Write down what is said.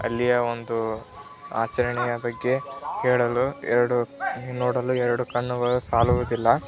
ಅಲ್ಲಿಯ ಒಂದು ಆಚರಣೆಯ ಬಗ್ಗೆ ಕೇಳಲು ಎರಡು ನೋಡಲು ಎರಡು ಕಣ್ಣುಗಳು ಸಾಲುವುದಿಲ್ಲ